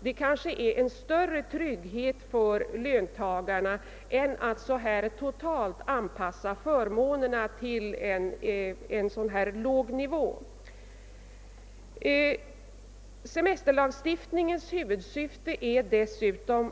Detta innebär kanske en större trygghet för löntagarna än att på här föreslaget sätt totalt anpassa förmånerna till en så låg nivå som det här gäller. Semesterlagens huvudsyfte är